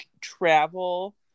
travel